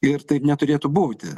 ir taip neturėtų būti